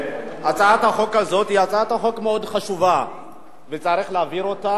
הצעת החוק הזאת היא הצעת חוק מאוד חשובה וצריך להעביר אותה.